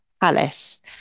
Palace